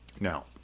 Now